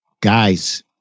guys